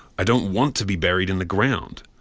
i don't want to be buried in the ground.